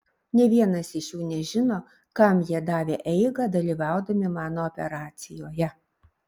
nė vienas jų nežino kam jie davė eigą dalyvaudami mano operacijoje